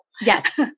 Yes